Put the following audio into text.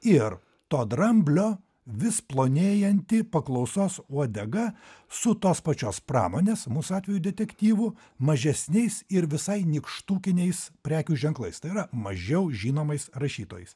ir to dramblio vis plonėjanti paklausos uodega su tos pačios pramonės mūsų atveju detektyvu mažesniais ir visai nykštukiniais prekių ženklais tai yra mažiau žinomais rašytojais